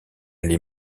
les